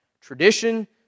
tradition